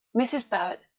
mrs. barrett.